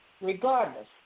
regardless